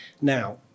Now